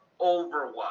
Overwatch